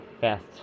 fast